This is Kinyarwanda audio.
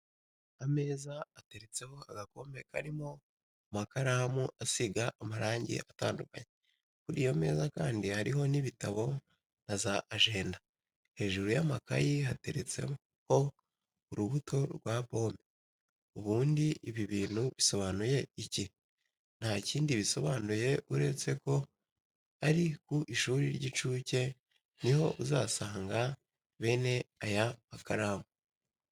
Ameza ateretseho agakombe karimo amakaramu asiga amarangi atandukanye, kuri iyo meza kandi hariho n'ibitabo na za ajenda, hejuru y'amakayi hateretseho urubuto rwa pome. Ubundi ibi bintu bisobanuye iki? Ntakindi bisobanuye uretse ko ari ku ishuri ry'incuke niho uzasanga bene aya makaramu.